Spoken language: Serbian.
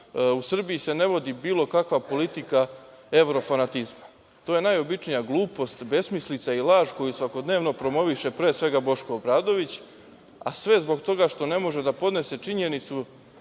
u Srbiji se ne vodi bilo kakva politika evrofanatizma. To je najobičnija glupost, besmislica i laž koju svakodnevno promoviše pre svega Boško Obradović, a sve zbog toga što ne može da podnese činjenicu